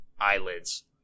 eyelids